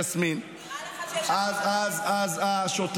יסמין -- נראה לך שישנתי בבית?